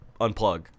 unplug